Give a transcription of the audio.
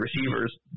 receivers